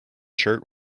shirt